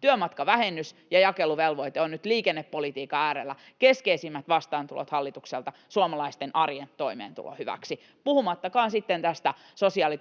työmatkavähennys ja jakeluvelvoite ovat nyt liikennepolitiikan äärellä keskeisimmät vastaantulot hallitukselta suomalaisten arjen toimeentulon hyväksi, puhumattakaan sitten sosiaaliturvaindeksin